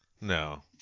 No